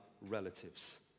relatives